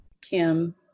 Kim